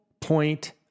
point